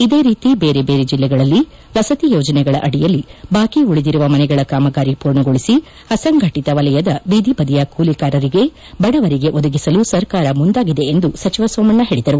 ಇದೇ ರೀತಿ ಬೇರೆ ಬೇರೆ ಜಿಲ್ಲೆಗಳಲ್ಲಿ ವಸತಿ ಯೋಜನೆಗಳ ಅಡಿಯಲ್ಲಿ ಬಾಕಿ ಉಳಿದಿರುವ ಮನೆಗಳ ಕಾಮಗಾರಿ ಪೂರ್ಣಗೊಳಿಸಿ ಅಸಂಘಟಿತ ವಲಯದ ಬೀದಿ ಬದಿಯ ಕೂಲಿಕಾರರಿಗೆ ಬಡವರಿಗೆ ಒದಗಿಸಲು ಸರ್ಕಾರ ಮುಂದಾಗಿದೆ ಎಂದು ಸಚಿವ ಸೋಮಣ್ಣ ಹೇಳಿದರು